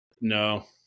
No